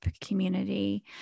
community